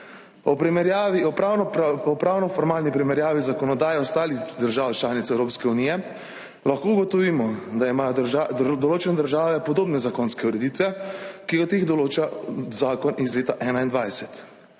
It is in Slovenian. S pravnoformalno primerjavo zakonodaj ostalih držav članic Evropske unije lahko ugotovimo, da imajo določene države podobne zakonske ureditve, katere določa zakon iz leta 2021.